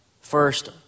first